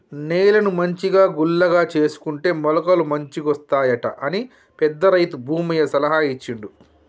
నేలను మంచిగా గుల్లగా చేసుకుంటే మొలకలు మంచిగొస్తాయట అని పెద్ద రైతు భూమయ్య సలహా ఇచ్చిండు